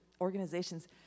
organizations